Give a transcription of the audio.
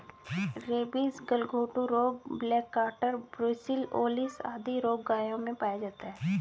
rabies, गलघोंटू रोग, black quarter, brucellosis आदि रोग गायों में पाया जाता है